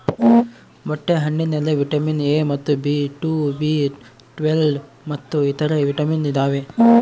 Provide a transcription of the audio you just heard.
ಮೊಟ್ಟೆ ಹಣ್ಣಿನಲ್ಲಿ vitamin A ಮತ್ತು ಬಿ ಟು ಬಿ ಟ್ವೇಲ್ವ್ ಮತ್ತು ಇತರೆ ವಿಟಾಮಿನ್ ಇದಾವೆ